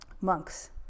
monks